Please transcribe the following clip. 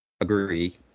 agree